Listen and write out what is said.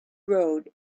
road